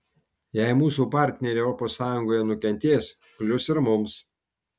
jei mūsų partneriai europos sąjungoje nukentės klius ir mums